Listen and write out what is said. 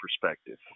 perspective